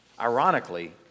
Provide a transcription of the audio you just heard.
Ironically